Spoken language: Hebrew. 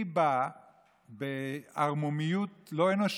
היא באה בערמומיות לא אנושית,